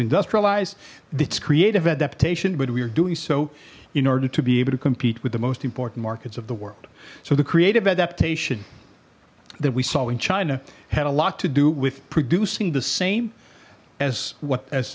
industrialize this creative adaptation but we're doing so in order to be able to compete with the most important markets of the world so the creative adaptation that we saw in china had a lot to do with producing the same as what